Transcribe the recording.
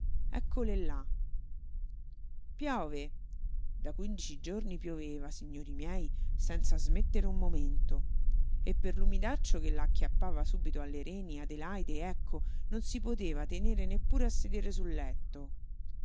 eccole là piove nené piove da quindici giorni pioveva signori miei senza smettere un momento e per l'umidaccio che la acchiappava subito alle reni adelaide ecco non si poteva tenere neppure a sedere sul letto